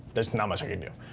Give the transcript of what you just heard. there's not much i could do.